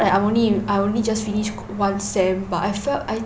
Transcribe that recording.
I only I only just finished one sem but I felt I